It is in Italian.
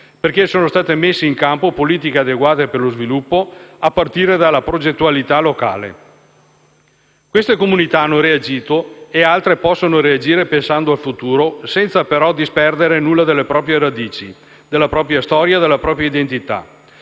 perché sono state messe in campo politiche adeguate per lo sviluppo, a partire dalla progettualità locale. Queste comunità hanno reagito e altre possono reagire pensando al futuro, senza però disperdere nulla delle proprie radici, della propria storia e della propria identità.